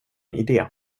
idé